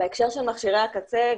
בהקשר של מכשירי הקצה,